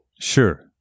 Sure